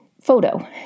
photo